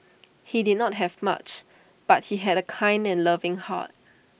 he did not have much but he had A kind and loving heart